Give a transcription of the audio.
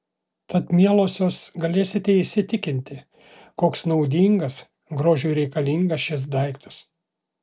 tad mielosios galėsite įsitikinti koks naudingas grožiui reikalingas šis daiktas